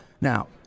Now